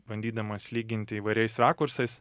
bandydamas lyginti įvairiais rakursais